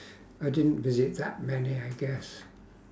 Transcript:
I didn't visit that many I guess